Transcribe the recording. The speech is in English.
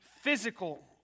physical